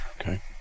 Okay